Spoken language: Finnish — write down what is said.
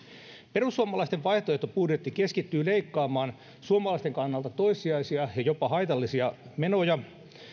perussuomalaisten vaihtoehtobudjetti keskittyy leikkaamaan suomalaisten kannalta toissijaisia ja jopa haitallisia menoja